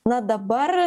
na dabar